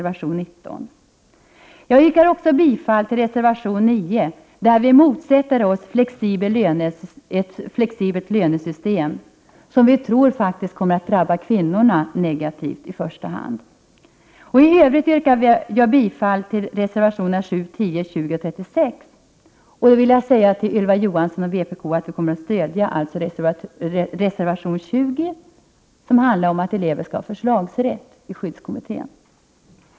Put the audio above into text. Vidare yrkar jag bifall till reservation 9, där vi reservanter motsätter oss ett flexibelt lönesystem, som vi tror kommer att drabba i första hand kvinnorna negativt. I övrigt yrkar jag bifall till reservationerna 7, 10, 20 och 36. Till Ylva Johansson vill jag säga att vi i miljöpartiet kommer att stödja reservation 20, som handlar om att eleverna skall ha förslagsrätt i skyddskommittén.